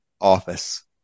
office